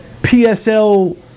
PSL